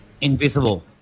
invisible